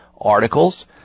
articles